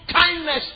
kindness